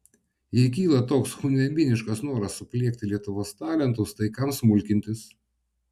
jei kyla toks chunveibiniškas noras supliekti lietuvos talentus tai kam smulkintis